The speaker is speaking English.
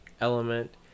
element